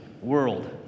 world